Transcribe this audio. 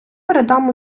передам